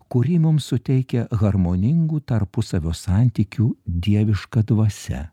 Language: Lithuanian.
kurį mums suteikia harmoningų tarpusavio santykių dieviška dvasia